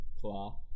Claw